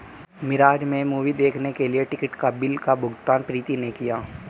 मिराज में मूवी देखने के लिए टिकट का बिल भुगतान प्रीति ने किया